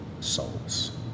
souls